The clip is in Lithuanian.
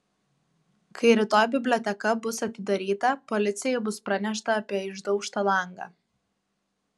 kai rytoj biblioteka bus atidaryta policijai bus pranešta apie išdaužtą langą